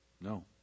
No